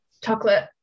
Chocolate